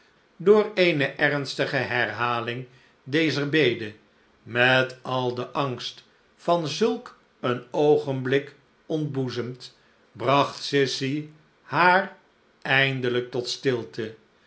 door eene ernstige herhaling dezer bede met al den angst van zulk een oogenblik ontboezemd bracht sissy haar eindelijk tot stilte